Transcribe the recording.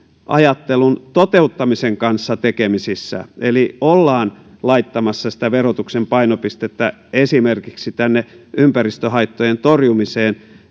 ajattelun toteuttamisen kanssa tekemisissä eli ollaan laittamassa sitä verotuksen painopistettä esimerkiksi ympäristöhaittojen torjumiseen